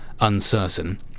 uncertain